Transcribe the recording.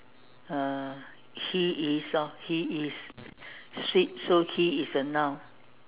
uh he is orh he is sweet so he is a noun